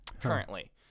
currently